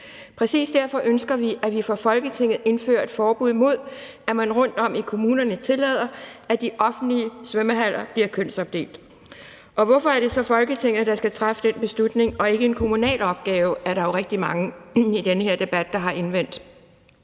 Præcis derfor ønsker vi, at vi fra Folketinget indfører et forbud mod, at man rundt om i kommunerne tillader, at de offentlige svømmehaller bliver kønsopdelt. Og hvorfor er det så Folketinget, der skal træffe den beslutning, og ikke en kommunal opgave? Det er der jo rigtig mange i den her debat der har indvendt.